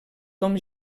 com